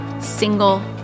single